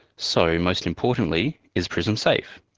so, most importantly, is prism safe?